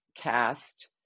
cast